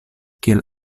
kiel